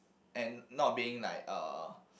and not being like uh